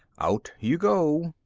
out you go.